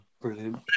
Brilliant